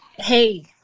Hey